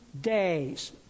days